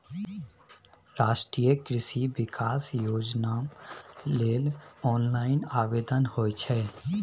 राष्ट्रीय कृषि विकास योजनाम लेल ऑनलाइन आवेदन होए छै